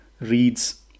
reads